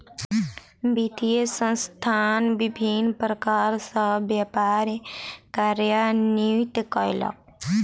वित्तीय संस्थान विभिन्न प्रकार सॅ व्यापार कार्यान्वित कयलक